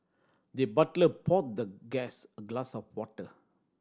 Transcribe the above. the butler poured the guest a glass of water